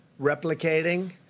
replicating